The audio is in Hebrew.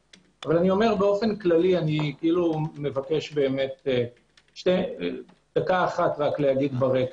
באופן כללי, אני מבקש דקה אחת לומר ברקע.